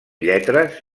lletres